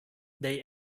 they